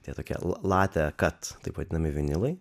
tie tokie latte cut taip vadinami vinilai